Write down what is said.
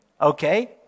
okay